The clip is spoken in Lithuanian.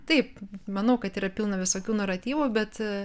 taip manau kad yra pilna visokių naratyvų bet